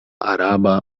araba